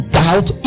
doubt